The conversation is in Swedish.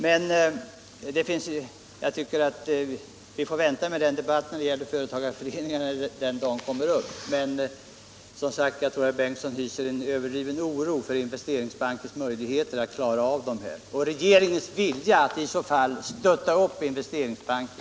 Men jag tycker att vi bör vänta med debatten om företagarföreningsutredningen tills denna kommer upp till behandling. Jag tror, som sagt, att herr Bengtsson i Landskrona hyser en överdriven oro för Investeringsbankens möjligheter att klara av detta och för regeringens vilja att stötta upp Investeringsbanken.